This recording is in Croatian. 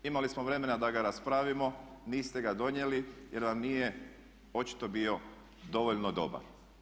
Imali smo vremena da ga raspravimo, niste ga donijeli jer nam nije očito bio dovoljno dobar.